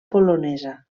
polonesa